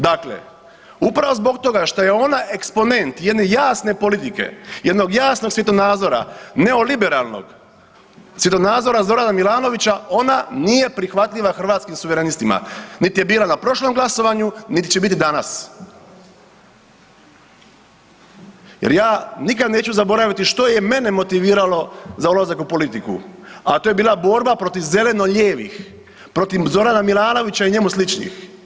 Dakle, upravo zbog toga što je ona eksponent jedne jasne politike, jednog jasnog svjetonazora neoliberalnog, svjetonazora Zorana Milanovića ona nije prihvatljiva Hrvatskim suverenistima, niti je bila na prošlom glasovanju niti će biti danas jer ja nikada neću zaboraviti što je mene motiviralo za ulazak u politiku, a to je bila borba protiv zeleno-lijevih, protiv Zorana Milanovića i njemu sličnih.